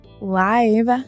live